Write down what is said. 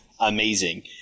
amazing